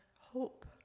hope